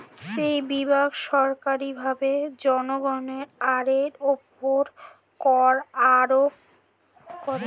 যে বিভাগ সরকারীভাবে জনগণের আয়ের উপর কর আরোপ করে